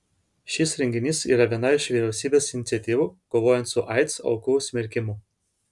šis renginys yra viena iš vyriausybės iniciatyvų kovojant su aids aukų smerkimu